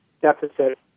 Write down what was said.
deficit